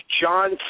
John